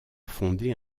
fonder